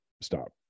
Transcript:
stop